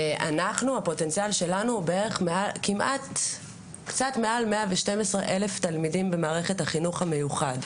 הפוטנציאל שלנו הוא קצת מעל 112,000 תלמידים במערכת החינוך המיוחד,